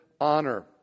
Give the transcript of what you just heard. honor